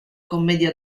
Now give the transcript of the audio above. commedia